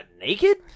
naked